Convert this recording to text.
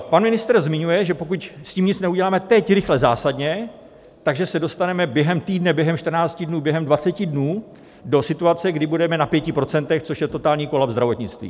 Pan ministr zmiňuje, že pokud s tím nic neuděláme teď, rychle, zásadně, že se dostaneme během týdne, během 14 dnů, během 20 dnů do situace, kdy budeme na 5 %, což je totální kolaps zdravotnictví.